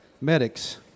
medics